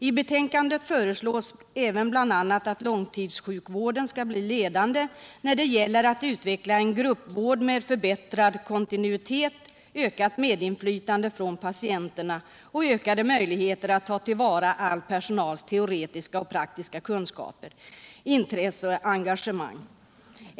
I betänkandet föreslås även bl.a. att långtidssjukvården skall bli ledande när det gäller att utveckla en gruppvård med förbättrad kontinuitet, ökat medinflytande för patienterna och ökade möjligheter att ta till vara all personals teoretiska och praktiska kunskaper, intresse och engagemang.